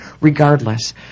regardless